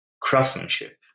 craftsmanship